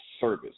service